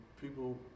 people